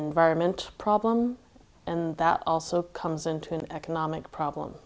environment problem and that also comes into an economic problem